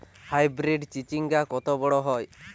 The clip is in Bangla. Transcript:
হাইব্রিড চিচিংঙ্গা কত বড় হয়?